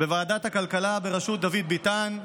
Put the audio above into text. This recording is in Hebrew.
בוועדת הכלכלה בראשות דוד ביטן.